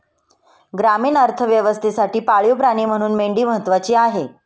ग्रामीण अर्थव्यवस्थेसाठी पाळीव प्राणी म्हणून मेंढी महत्त्वाची आहे